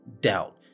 doubt